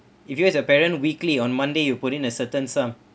if you as a parent weekly on monday you put in a certain sum